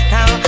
Now